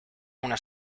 una